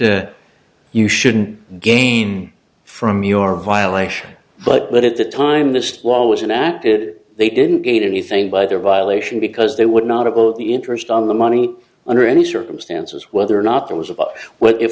you shouldn't gain from your violations but at the time this law was enacted they didn't get anything by their violation because they would not have the interest on the money under any circumstances whether or not there was a but what if